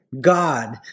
God